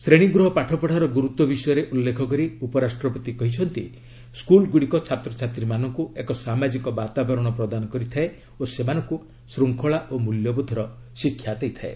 ଶ୍ରେଣୀଗୃହ ପାଠପଢ଼ାର ଗୁରୁତ୍ୱ ବିଷୟରେ ଉଲ୍ଲେଖ କରି ଉପରାଷ୍ଟ୍ରପତି କହିଛନ୍ତି ସ୍କୁଲ୍ ଗୁଡ଼ିକ ଛାତ୍ରଛାତ୍ରୀମାନଙ୍କୁ ଏକ ସାମାଜିକ ବାତାବରଣ ପ୍ରଦାନ କରିଥାଏ ଓ ସେମାନଙ୍କୁ ଶୃଙ୍ଖଳା ଓ ମୂଲ୍ୟବୋଧର ଶିକ୍ଷା ଦେଇଥାଏ